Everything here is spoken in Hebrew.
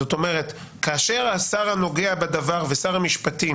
זאת אומרת: כאשר השר הנוגע בדבר ושר המשפטים